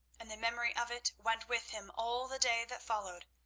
and the memory of it went with him all the day that followed,